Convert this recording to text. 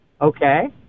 Okay